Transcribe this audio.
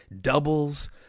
doubles